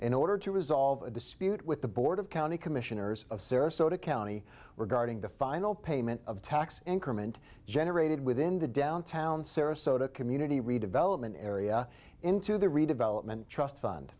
in order to resolve a dispute with the board of county commissioners of sarasota county regarding the final payment of tax increment generated within the downtown sarasota community redevelopment area into the redevelopment trust fund